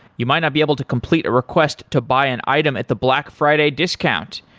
you might not be able to complete a request to buy an item at the black friday discount.